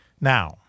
Now